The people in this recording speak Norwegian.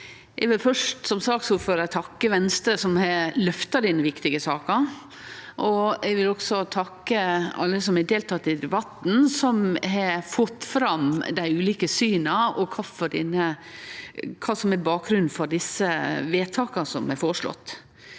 saksordførar, takke Venstre som har løfta denne viktige saka. Eg vil også takke alle som har delteke i debatten, som har fått fram dei ulike syna og kva som er bakgrunnen for dei vedtaka som er føreslått.